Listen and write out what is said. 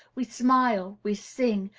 we smile, we sing,